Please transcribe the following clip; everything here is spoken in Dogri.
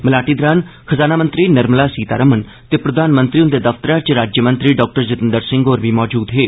मलाटी दौरान खजाना मंत्री निर्मला सीतारमण ते प्रधानमंत्री हुन्दे दफ्तरै इच राज्यमंत्री डा जितेन्द्र सिंह होर बी मौजूद हे